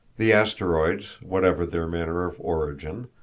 the asteroids, whatever their manner of origin,